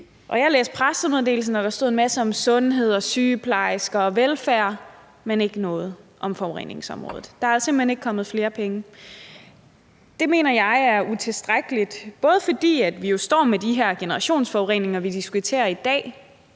jeg læste pressemeddelelsen, hvor der står en masse om sundhed, sygeplejersker og velfærd, men ikke noget om forureningsområdet. Der er simpelt hen ikke kommet flere penge. Det mener jeg er utilstrækkeligt, både fordi vi står med de her generationsforureninger, vi diskuterer i dag,